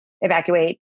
evacuate